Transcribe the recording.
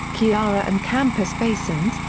ceara and campos basins,